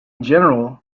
general